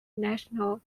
national